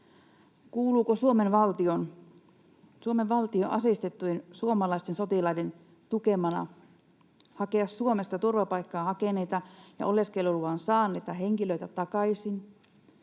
— Suomen valtion aseistettujen suomalaisten sotilaiden tukemana — hakea takaisin Suomesta turvapaikkaa hakeneita ja oleskeluluvan saaneita henkilöitä, jotka